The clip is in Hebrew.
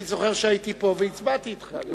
אני זוכר שהייתי פה והצבעתי אתך.